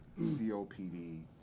COPD